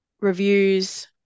reviews